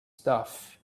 stuff